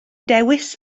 dewis